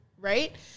right